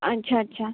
अच्छा अच्छा